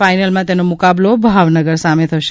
ફાઇનલમાં તેનો મુકાબલો ભાવનગર સામે થશે